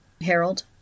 Harold